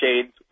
shades